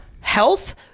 health